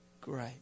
great